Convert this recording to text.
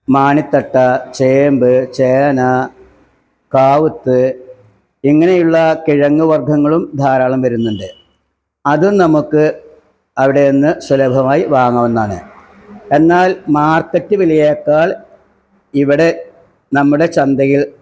മാനിത്തട്ട ചേമ്പ് ചേന കാവുത്ത് ഇങ്ങനെയുള്ള കിഴങ്ങുവര്ഗങ്ങളും ധാരാളം വരുന്നുണ്ട് അതും നമുക്ക് അവിടെനിന്ന് സുലഭമായി വാങ്ങാവുന്നതാണ് എന്നാല് മാര്ക്കറ്റ് വിലയേക്കാള് ഇവിടെ നമ്മുടെ ചന്തയില്